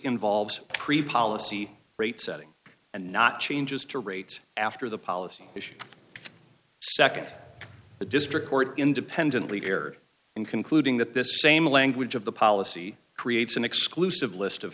involves policy rate setting and not changes to rates after the policy second the district court independently here in concluding that this same language of the policy creates an exclusive list of